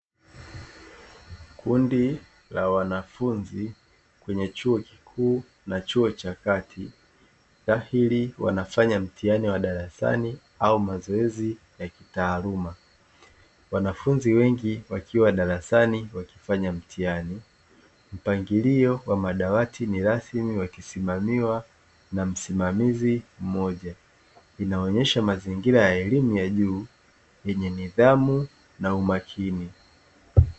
Kundi la wanafunzi kwenye chuo kikuu na chuo cha kati dhahiri wanafanya mtihani wa darasani au mazoezi ya kitaaluma. Wanafunzi wengi wakiwa darasani wakifanya mthani, mpangilio wa madawati ni rasmi wakisimamiwa na msimamizi mmoja inaonyesha mazingira ya elimu ya juu yenye nidhamu na umakini.